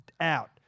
out